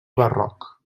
barroc